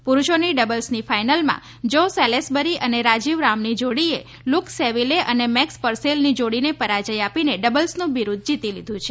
પુરૂષોની ડબલ્સની ફાઈનલમાં જો સેલેસબરી અને રાજીવ રામની જોડીએ લુક સેવિલે અને મેક્સ પર્સેલની જોડીને પરાજય આપીને ડબલ્સનું બિરૂદ જીતી લીધું છે